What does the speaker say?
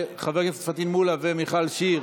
חבר הכנסת פטין מולא ומיכל שיר